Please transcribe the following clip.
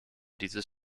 dieses